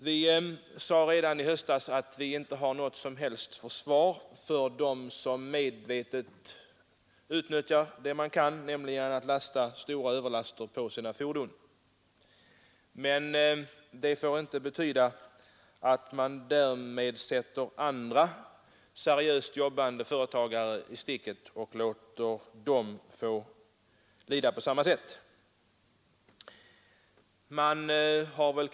Vi sade redan i höstas att vi inte har något försvar för dem som medvetet utnyttjar möjligheten att överlasta sina fordon. Men det får inte innebära att man lämnar seriöst jobbande företagare i sticket och låter dem få lida för vad de andra gör.